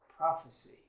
Prophecy